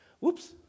Whoops